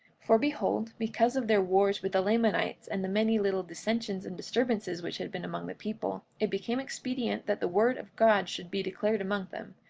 for behold, because of their wars with the lamanites and the many little dissensions and disturbances which had been among the people, it became expedient that the word of god should be declared among them,